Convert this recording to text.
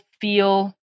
feel